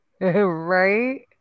Right